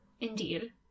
Indeed